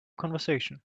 conversation